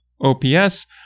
OPS